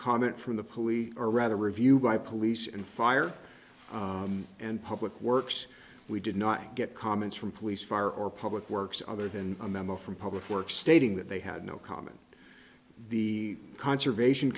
comment from the police or rather reviewed by police and fire and public works we did not get comments from police fire or public works other than a memo from public works stating that they had no comment to the conservation